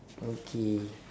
okay